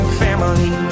family